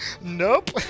Nope